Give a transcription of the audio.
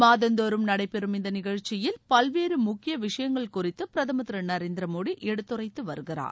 மாதந்தோறும் நடைபெறும் இந்த நிகழ்ச்சியில் பல்வேறு முக்கிய விஷயங்கள் குறித்து பிரதமா் திரு நரேந்திரமோடி எடுத்துரைத்து வருகிறார்